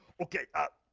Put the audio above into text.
okay, ah,